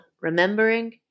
Remembering